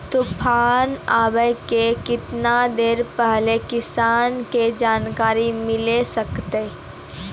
तूफान आबय के केतना देर पहिले किसान के जानकारी मिले सकते?